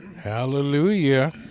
Hallelujah